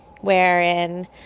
wherein